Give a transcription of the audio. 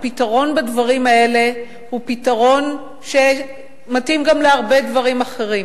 הפתרון בדברים האלה הוא פתרון שגם מתאים להרבה דברים אחרים: